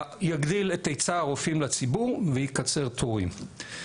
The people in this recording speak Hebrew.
זה יגדיל את היצע הרופאים לציבור ויקצר תורים.